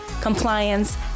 compliance